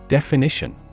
Definition